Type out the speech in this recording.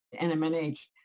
NMNH